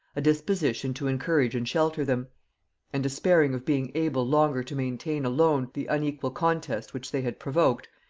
a disposition to encourage and shelter them and despairing of being able longer to maintain alone the unequal contest which they had provoked,